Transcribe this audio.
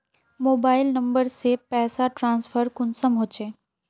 Mobile number से पैसा transfer कुंसम होचे?